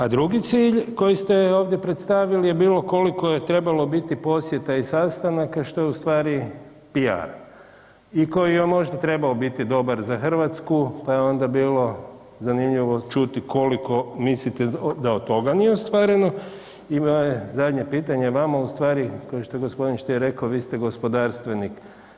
A drugi cilj koji ste ovdje predstavili je bilo koliko je trebalo biti posjeta i sastanaka što je ustvari PR i koji je možda trebao biti dobar za Hrvatsku pa je onda bilo zanimljivo čuti koliko mislite da od toga nije ostvareno i moje zadnje pitanje vama ustvari to je što je gospodin Stier rekao vi ste gospodarstvenik.